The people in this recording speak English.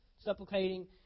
Supplicating